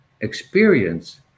experience